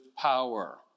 power